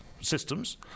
systems